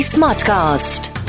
Smartcast